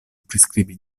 priskribi